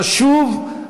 חשוב,